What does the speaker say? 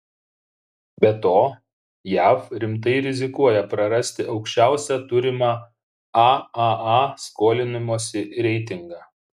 be to jav rimtai rizikuoja prarasti aukščiausią turimą aaa skolinimosi reitingą